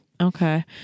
Okay